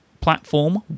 platform